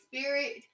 spirit